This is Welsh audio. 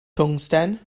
twngsten